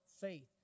faith